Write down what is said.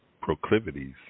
proclivities